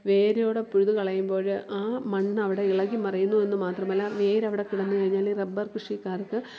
വേരോടെ പിഴുത് കളയുമ്പോൾ ആ മണ്ണ് അവിടെ ഇളകി മറിയുന്നു എന്ന് മാത്രമല്ല വേര് അവിടെ കിടന്നുകഴിഞ്ഞാൽ റബ്ബർ കൃഷിക്കാർക്ക്